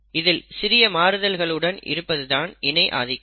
இதில் சிறிய மாறுதல்களுடன் இருப்பதுதான் இணை ஆதிக்கம்